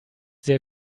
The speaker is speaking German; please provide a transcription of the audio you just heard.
sehr